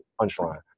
punchline